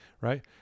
right